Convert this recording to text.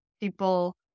people